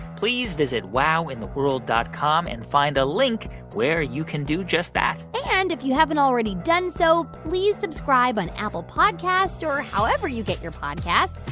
please visit wowintheworld dot com and find a link where you can do just that and if you haven't already done so, please subscribe on apple podcasts or however you get your podcasts.